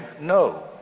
No